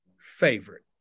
favorite